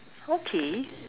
okay